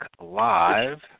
live